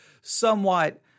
somewhat